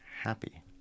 happy